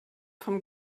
vom